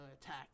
attack